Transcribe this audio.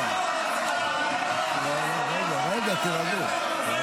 רגע, תירגעו.